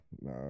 nah